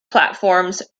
platforms